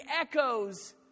echoes